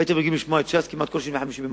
הייתם רגילים לשמוע את ש"ס כמעט כל שני וחמישי במשבר,